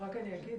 רק אגיד,